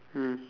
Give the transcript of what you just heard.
mm